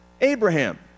Abraham